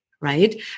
Right